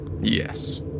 Yes